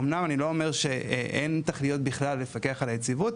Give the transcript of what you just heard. אמנם אני לא אומר שאין תכליות בכלל לפקח על היציבות,